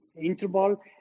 interval